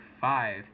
five